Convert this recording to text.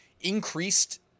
increased